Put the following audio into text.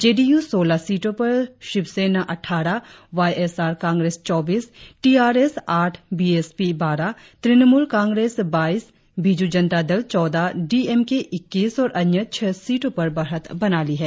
जे D U सोलह सीटों पर शिवसेना अट्ठारह वाय एस आर कांग्रेस चौबीस टी आर एस आठ बी एस पी बारह तृणमूल कांग्रेस बाईस बीजू जनता दल चौदह डी एम के इक्कीस और अन्य छह सीटो पर बढ़त बना ली है